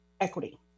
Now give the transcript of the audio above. equity